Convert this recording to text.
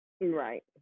Right